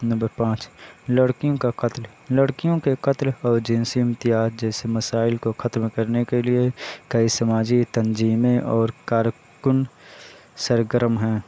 number پانچ لڑکیوں کا قتل لڑکیوں کے قتل اور جنسی امتیاز جیسے مسائل کو ختم کرنے کے لیے کئی سماجی تنظیمیں اور کارکن سرگرم ہیں